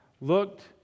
looked